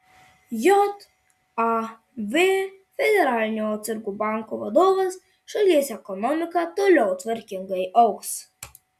jav federalinio atsargų banko vadovas šalies ekonomika toliau tvariai augs